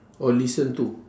or listen to